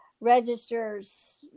registers